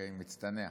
שרה,